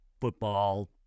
football